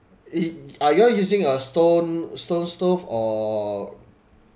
it are y'all using a stone stone stove or